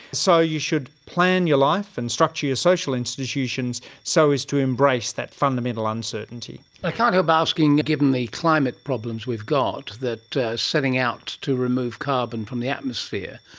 so you should plan your life and structure your social institutions so as to embrace that fundamental uncertainty. i can't help asking, given the climate problems we've got, that setting out to remove carbon from the atmosphere,